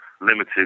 limited